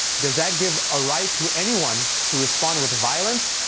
does that give a right to anyone to respond with violence?